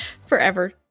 Forever